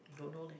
don't know leh